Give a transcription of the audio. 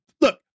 Look